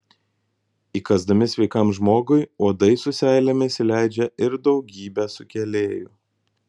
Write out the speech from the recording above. įkąsdami sveikam žmogui uodai su seilėmis įleidžia ir daugybę sukėlėjų